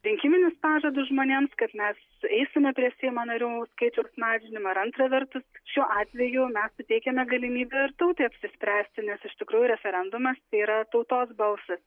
rinkiminius pažadus žmonėms kad mes sueisime prie seimo narių skaičiaus mažinimo ir antra vertus šiuo atveju mes suteikiame galimybių ir tautai apsispręsti nes iš tikrųjų referendumas yra tautos balsas